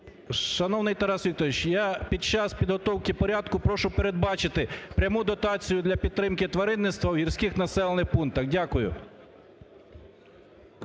Шановний Тарас Вікторович, я, під час підготовки порядку, прошу передбачити пряму дотацію для підтримки тваринництва в гірських населених пунктах. Дякую.